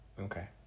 Okay